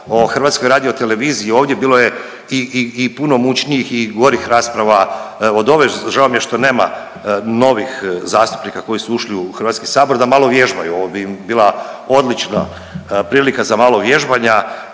o, o HRT-u ovdje. Bilo je i, i, i puno mučnijih i gorih rasprava od ove. Žao mi je što nema novih zastupnika koji su ušli u HS da malo vježbaju. Ovo bi im bila odlična prilika za malo vježbanja.